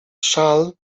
szal